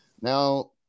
Now